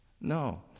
No